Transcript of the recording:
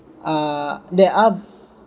err there are